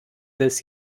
this